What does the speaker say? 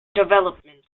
development